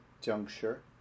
juncture